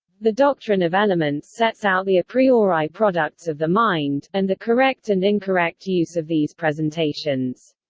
the doctrine of elements sets out the a priori products of the mind, and the correct and incorrect use of these presentations.